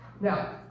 Now